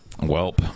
Welp